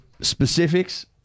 specifics